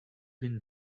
been